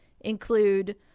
include